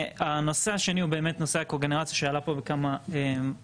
והנושא השני הוא באמת נושא הקוגנרציה שעלה פה מכמה כיוונים.